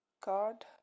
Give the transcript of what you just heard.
Card